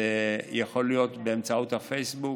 וזה יכול להיות באמצעות הפייסבוק,